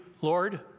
Lord